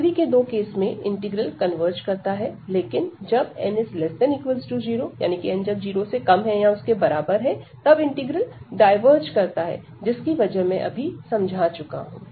आखिरी के दो केस में इंटीग्रल कन्वर्ज करता है लेकिन जब n≤0 तब इंटीग्रल डायवर्ज करता है जिसकी वजह मैं अभी समझा चुका हूं